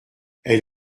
elle